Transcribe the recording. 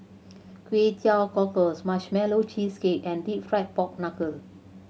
Kway Teow Cockles Marshmallow Cheesecake and Deep Fried Pork Knuckle